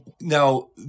now